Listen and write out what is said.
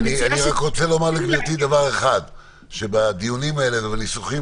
אני רק רוצה להגיד שבדיונים ובניסוחים